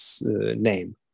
name